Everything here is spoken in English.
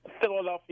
Philadelphia